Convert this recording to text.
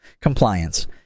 Compliance